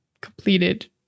completed